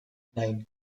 nine